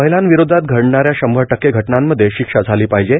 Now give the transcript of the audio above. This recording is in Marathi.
महिलांविरोधात घडणाऱ्या शंभर टक्के घटनांमध्ये शिक्षा झाली पाहिजे